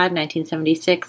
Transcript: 1976